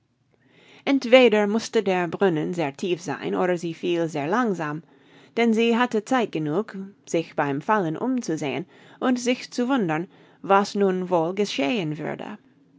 entweder mußte der brunnen sehr tief sein oder sie fiel sehr langsam denn sie hatte zeit genug sich beim fallen umzusehen und sich zu wundern was nun wohl geschehen würde